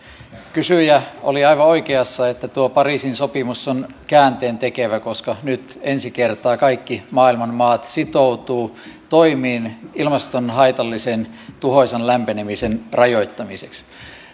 kysyjä oli aivan oikeassa että tuo pariisin sopimus on käänteentekevä koska nyt ensi kertaa kaikki maailman maat sitoutuvat toimiin ilmaston haitallisen tuhoisan lämpenemisen rajoittamiseksi